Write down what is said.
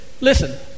listen